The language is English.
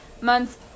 months